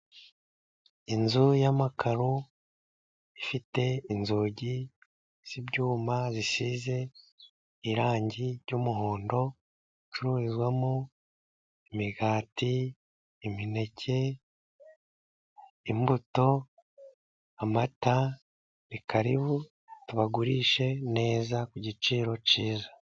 Inzu y'amakaro ifite inzugi z'ibyuma zisize irangi ry'umuhondo ,icururizwamo imigati, imineke, imbuto, amata. Ni karibu tubagurishe neza ku giciro cyiza.